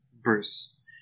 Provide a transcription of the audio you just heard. Bruce